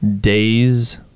days